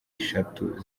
eshatu